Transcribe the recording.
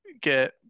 get